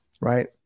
right